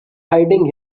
hiding